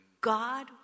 God